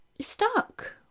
stuck